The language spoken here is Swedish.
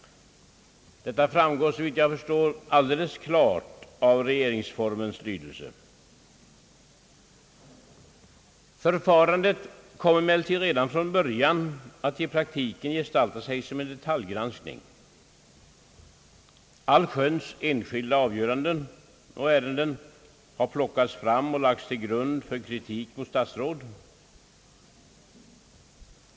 Detta framgår, såvitt jag förstår, alldeles klart av regeringsformens lydelse. Förfarandet kom emellertid redan från början att i praktiken gestalta sig som en detaljgranskning. Allsköns enskilda avgöranden och ärenden har plockats fram och lagts till grund för kritik mot statsråd.